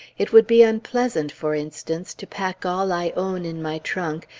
it would be unpleasant, for instance, to pack all i own in my trunk,